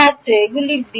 ছাত্র এগুলি b